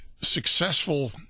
successful